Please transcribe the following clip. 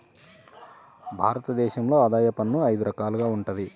భారత దేశంలో ఆదాయ పన్ను అయిదు రకాలుగా వుంటది